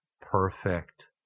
perfect